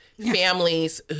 families